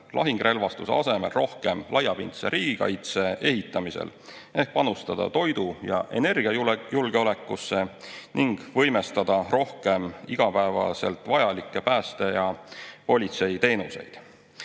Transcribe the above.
lahingurelvastuse asemel rohkem laiapindse riigikaitse ehitamiseks ehk panustada toidu‑ ja energiajulgeolekusse ning võimestada rohkem igapäevaselt vajalikke pääste‑ ja politseiteenuseid.